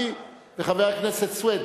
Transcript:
רבותי, לא להפריע בזמן ההצבעה.